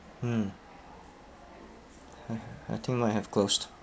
mm I I think might have closed